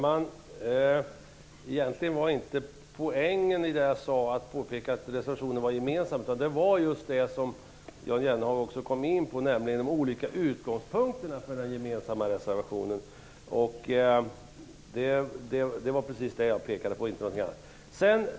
Herr talman! Poängen i mitt påpekande om att reservationen är gemensam är just det som också Jan Jennehag kom in på, nämligen de olika utgångspunkterna för den gemensamma reservationen. Just detta pekade jag på, inte någonting annat.